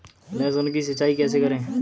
लहसुन की सिंचाई कैसे करें?